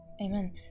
Amen